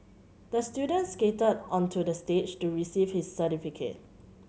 the student skated onto the stage to receive his certificate